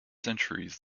centuries